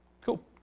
Cool